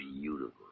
beautiful